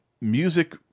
music